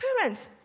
parents